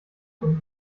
und